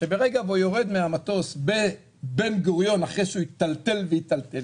שברגע שבו הוא יורד מהמטוס בבן גוריון אחרי שהוא היטלטל והיטלטל,